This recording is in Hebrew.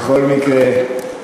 בכל מקרה,